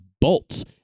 bolts